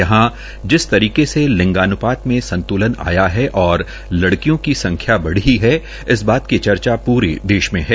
यहां जिस तरीके से लिंगान्पात में संत्लन आया है और लड़कियों की संख्या बढ़ी है इस बात की चर्चा पूरे देश में है